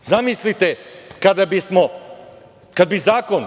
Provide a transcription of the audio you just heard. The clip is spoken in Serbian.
saveta. Zamislite kada bi zakon